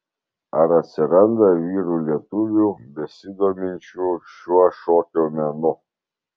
ar atsiranda vyrų lietuvių besidominčių šiuo šokio menu